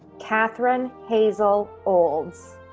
katherine hazel olds.